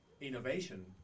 innovation